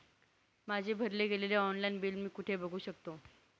माझे भरले गेलेले ऑनलाईन बिल मी कुठे बघू शकतो?